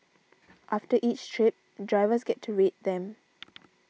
after each trip drivers get to rate them